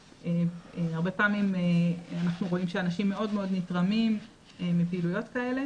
הרבה פעמים אנחנו רואים שאנשים מאוד מאוד נתרמים מפעילויות כאלה